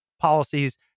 policies